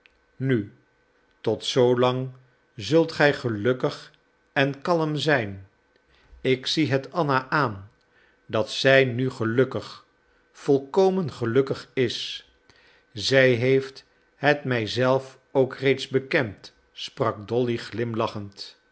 nu tot zoo lang zult gij gelukkig en kalm zijn ik zie het anna aan dat zij nu gelukkig volkomen gelukkig is zij heeft het mij zelf ook reeds bekend sprak dolly glimlachend